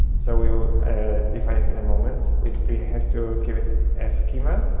so we will define it in a moment. we have to give it a schema,